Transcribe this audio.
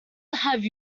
have